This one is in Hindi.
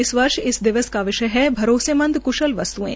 इस वर्ष इस दिवस का विषय है भरोसेमंद क्शल वस्त्यें